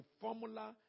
formula